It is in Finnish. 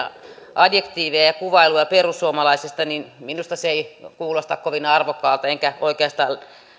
adjektiivejaan ja kuvailujaan perussuomalaisista niin minusta se ei kuulosta kovin arvokkaalta enkä oikeastaan